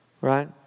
right